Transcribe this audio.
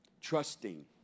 Trusting